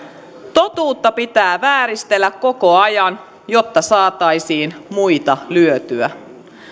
totuutta pitää vääristellä koko ajan jotta saataisiin muita lyötyä